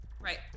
Right